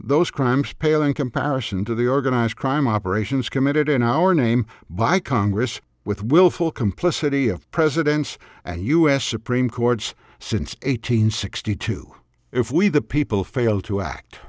those crimes pale in comparison to the organized crime operations committed in our name by congress with willful complicity of presidents and us supreme courts since eight hundred sixty two if we the people fail to act